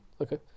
Okay